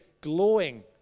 glowing